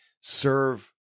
serve